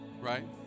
right